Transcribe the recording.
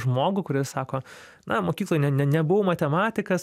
žmogų kuris sako na mokykloj ne ne nebuvau matematikas